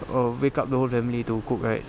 err wake up the whole family to cook right